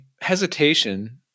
hesitation